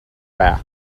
back